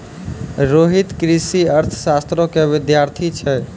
रोहित कृषि अर्थशास्त्रो के विद्यार्थी छै